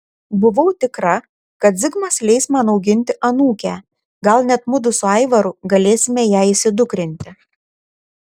buvau tikra kad zigmas leis man auginti anūkę gal net mudu su aivaru galėsime ją įsidukrinti